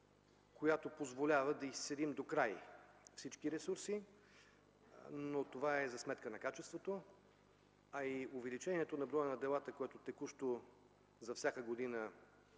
която позволява да изцедим докрай всички ресурси, но това е за сметка на качеството. А и увеличението на броя на делата, което текущо за всяка година